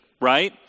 right